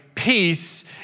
peace